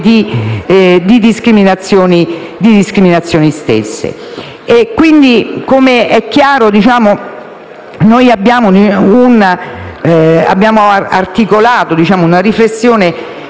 di discriminazioni. Pertanto, come è chiaro, noi abbiamo articolato una riflessione